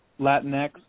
Latinx